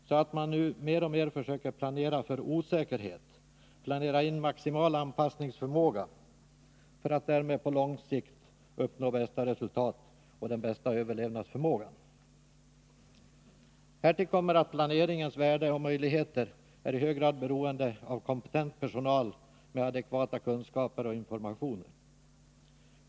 Numera försöker man mer och mer planera för osäkerhet samt planera in maximal anpassningsförmåga för att därmed på lång sikt uppnå bästa möjliga resultat och förmåga till överlevnad. Härtill kommer att planeringens värde och möjligheter i hög grad är beroende av kompetent personal med adekvata kunskaper och informationer.